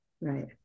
right